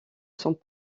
sont